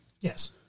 Yes